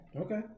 Okay